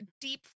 deep